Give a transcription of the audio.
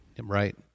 Right